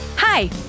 Hi